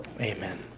Amen